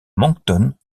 moncton